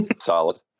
Solid